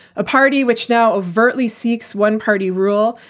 a party which now overtly seeks one party rule.